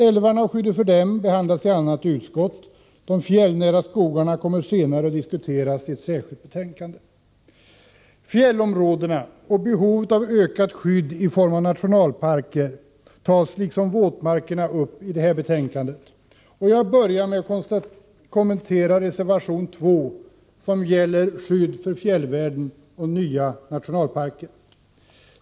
Älvarna och skyddet av dem behandlas i annat utskott. De fjällnära skogarna kommer att diskuteras senare i ett särskilt betänkande. Fjällområdena och behovet av ökat skydd i form av nationalparker tas, liksom våtmarkerna, upp i det betänkande som nu behandlas. Jag börjar med att kommentera reservation 2, som gäller skydd för fjällvärlden och nya nationalparker.